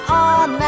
on